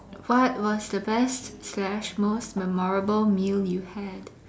what was the best slash most memorable meal you had